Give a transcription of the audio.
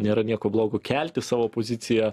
nėra nieko blogo kelti savo poziciją